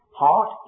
Heart